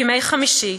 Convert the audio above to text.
בימי חמישי,